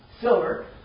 silver